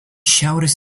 šiaurės